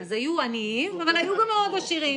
אז היו עניים, אבל היו גם מאוד עשירים.